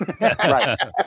Right